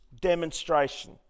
demonstration